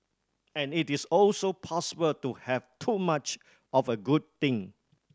and it is also possible to have too much of a good thing